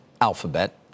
Alphabet